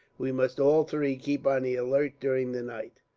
we must all three keep on the alert, during the night.